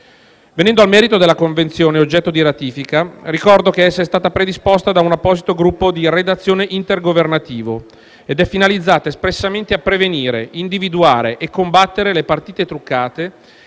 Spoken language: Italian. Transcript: Venendo al merito della Convenzione oggetto di ratifica, ricordo che essa è stata predisposta da un apposito gruppo di redazione intergovernativo ed è finalizzata espressamente a prevenire, individuare e combattere le partite truccate,